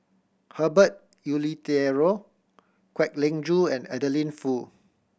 Herbert Eleuterio Kwek Leng Joo and Adeline Foo